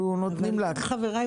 אנחנו נותנים לך.